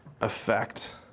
effect